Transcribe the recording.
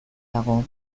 dago